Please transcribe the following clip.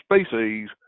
species